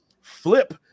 flip